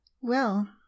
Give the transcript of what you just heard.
Well